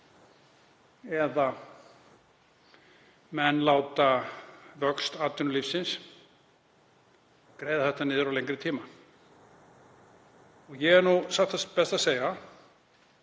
eða láta vöxt atvinnulífsins greiða þetta niður á lengri tíma. Ég er satt best að segja